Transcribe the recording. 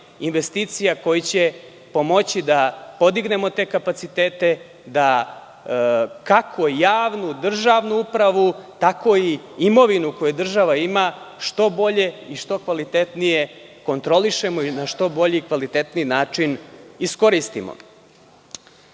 investicija koje će pomoći da pomognemo te kapacitete, da kako javnu, državnu upravu, tako i imovinu koju država ima što bolje i što kvalitetnije kontrolišemo i na što bolji i kvalitetniji način iskoristimo. Smatram